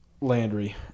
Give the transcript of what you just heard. landry